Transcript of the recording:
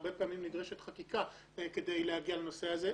הרבה פעמים נדרשת חקיקה כדי להגיע לנושא הזה.